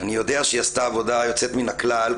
אני יודע שהיא עשתה עבודה יוצאת מן הכלל,